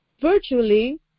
virtually